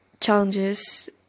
challenges